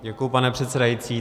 Děkuji, pane předsedající.